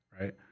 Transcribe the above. right